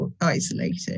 isolated